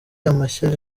amashyari